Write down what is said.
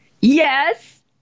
Yes